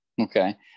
okay